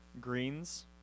Greens